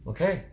Okay